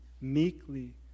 meekly